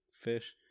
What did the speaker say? fish